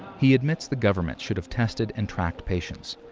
he admits the government should have tested and tracked patients.